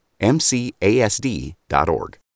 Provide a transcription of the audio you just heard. MCASD.org